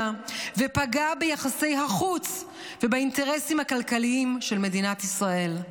ופגע ביחסי החוץ ובאינטרסים כלכליים של מדינת ישראל".